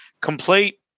complete